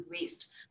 waste